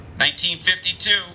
1952